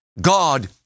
God